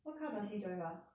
what car does he drive ah